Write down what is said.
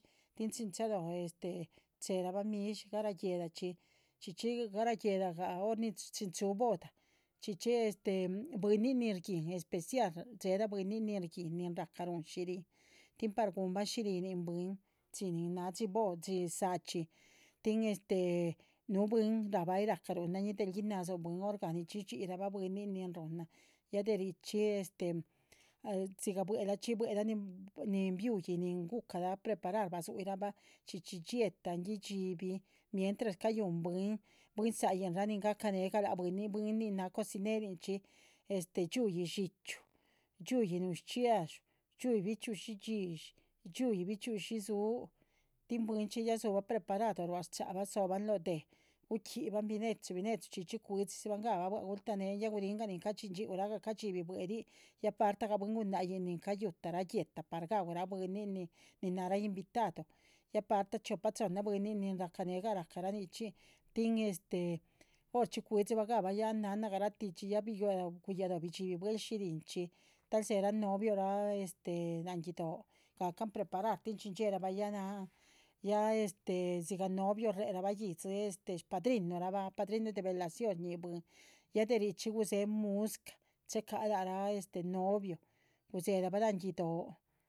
Tin chin chalóho este cheherabah midshí garah guéhla chxí, chxí chxí garha guéhla gah hor nin chúhu boda chxi chxí este bwínin nin shguíhin. especial rdxéhela bwínin nin shguíhin nin rahca rúhun shihrín tin par guhunbah shihrín bwín, dxí nin náha dxí boda dxí záachxi tin este. núhu bwín lac bah ay rahca ruhuna ñin del guinadzuh bwín horgah nichxí shdxíyirabah bwínin nin ruhunan ya de richxí este, dzigah buehlachxí. buehla nin nin biuyih nin gucah lah preparar bazuhirahbah chxí chxí dxietahn guidxibihin mientras cayúhun bwín, bwín dzáayinrah nin gahca nehgah lac bwínin. bwín nin náha cocinerin chxí este dxíhui dxíchyu, dxíhui nuhun shchxiadxú, dxíhui bichxi´ushi díshi, dxíhui bichxi´ushi dzúu, tin bwinchxí ya dzúhu bah preparado. shcháhabah dzóhobah lóho déh guchxíbahan binechu binechu chxí chxí cuidxizi gahabah bua´c guanéhen ya guringah nin cadxin dxhíuragah cadxíbih. buehlin ya partagah bwín gunáhc yin nin cayuhutara guéhta par gaúra bwínin nin náhara invitado, ya parta chiopa chohnna bwínin nin rahca néhe gah rahca nichxín. tin este horchxí cuidxi bah gahbah ya han náha garatih chxí guyalóho bidxíbih buehl shirin, tal dzéhera novio ah este láhan guido´, gahcan preparar tin chin. dxierabah ya ya este dzigah novio reherabah yíhdzi este shpadrinuh rah bah padrinuh de velación shñíhi bwín,. ya de richxí gudzéhe muscah chéhecah lac rah novio gudzéherabah láhan guido´.